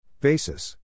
Basis